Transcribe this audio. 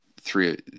three